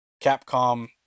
Capcom